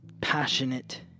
passionate